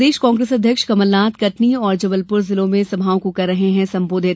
प्रदेश Congress अध्यक्ष कमलनाथ कटनी और जबलपुर जिले में सभाओं को कर रहे हैं संबोधित